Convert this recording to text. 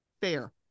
fair